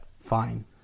Fine